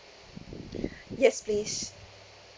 yes please